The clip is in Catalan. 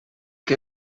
que